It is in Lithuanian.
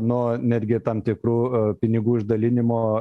nuo netgi tam tikrų pinigų išdalinimo